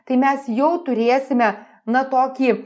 tai mes jau turėsime na tokį